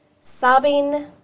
sobbing